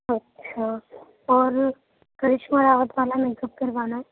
اچھا اور کرشما راوت والا میک اپ کروانا